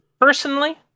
Personally